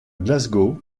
glasgow